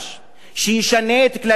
שישנה את כללי המשחק.